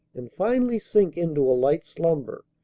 and finally sink into a light slumber,